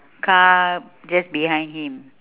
car just behind him